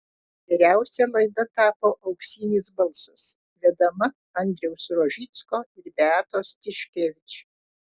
geriausia laida tapo auksinis balsas vedama andriaus rožicko ir beatos tiškevič